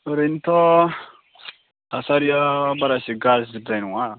ओरैनोथ' थासारिया बारा इसे गाज्रिद्राय नङा